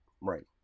Right